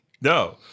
No